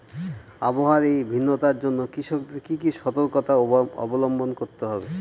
আবহাওয়ার এই ভিন্নতার জন্য কৃষকদের কি কি সর্তকতা অবলম্বন করতে হবে?